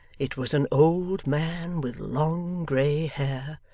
it was an old man with long grey hair,